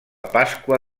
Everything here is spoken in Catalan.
pasqua